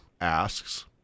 asks